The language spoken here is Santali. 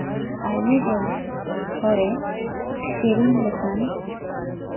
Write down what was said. ᱟᱭᱩ ᱦᱚᱲᱮ ᱠᱤᱨᱤᱧ ᱞᱮᱠᱷᱟᱱ